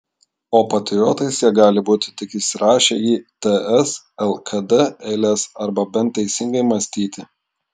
o patriotais jie gali būti tik įsirašę į ts lkd eiles arba bent teisingai mąstyti